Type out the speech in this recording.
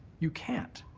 you can't.